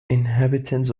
inhabitants